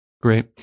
Great